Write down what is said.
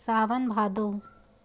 सावन भादो